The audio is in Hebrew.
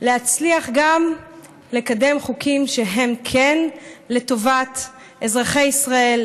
מצליחים גם לקדם חוקים שהם כן לטובת אזרחי ישראל,